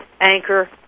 anchor